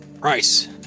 Price